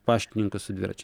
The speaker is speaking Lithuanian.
paštininkus su dviračiais